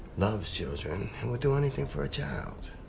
loves children, and would do anything for a child?